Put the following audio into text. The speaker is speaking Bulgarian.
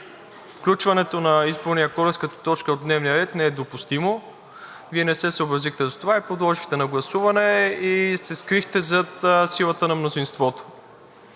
включването на Изборния кодекс като точка от дневния ред не е допустимо, Вие не се съобразихте с това и подложихте на гласуване и се скрихте зад силата на мнозинството.